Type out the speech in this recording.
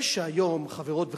זה שהיום, חברות וחברים,